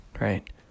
right